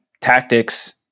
tactics